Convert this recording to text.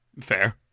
Fair